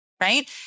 right